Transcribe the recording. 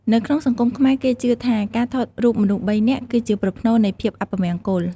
នៅក្នុងសង្គមខ្មែរគេជឿថា ការថតរូបមនុស្សបីនាក់ គឺជាប្រផ្នូលនៃភាពអពមង្គល។